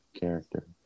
character